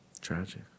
Tragic